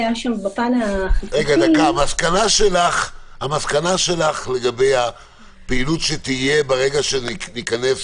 המסקנה שלך לגבי הפעילות שתהיה ברגע שניכנס